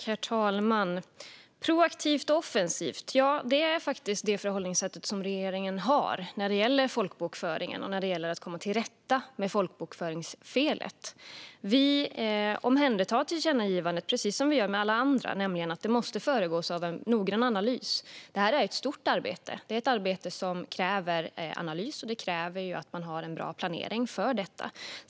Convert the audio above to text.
Herr talman! Proaktivt och offensivt - ja, det är faktiskt det förhållningssätt som regeringen har när det gäller folkbokföringen och när det gäller att komma till rätta med folkbokföringsfelet. Vi omhändertar detta tillkännagivande, precis som vi gör med alla andra tillkännagivanden. Det måste dock föregås av en noggrann analys. Det är ett stort arbete. Det är ett arbete som kräver analys, och det kräver att man har en bra planering för detta.